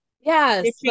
Yes